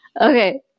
Okay